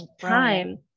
time